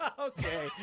Okay